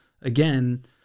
again